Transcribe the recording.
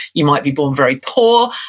you might be born very poor,